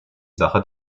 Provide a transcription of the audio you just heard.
sache